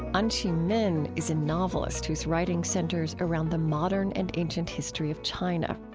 anchee min is a novelist whose writing centers around the modern and ancient history of china.